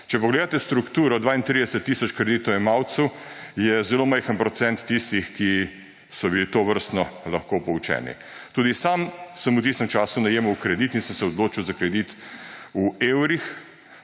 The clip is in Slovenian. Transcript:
Če pogledate strukturo 32 tisoč kreditojemalcev, je zelo majhen procent tistih, ki so bili tovrstno lahko poučeni. Tudi sam sem v tistem času najemal kredit in sem se odločil za kredit v evrih